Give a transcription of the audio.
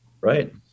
Right